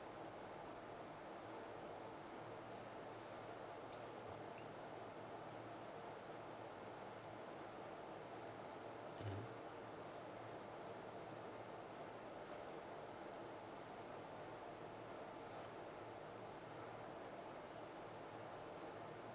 mmhmm